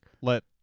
Let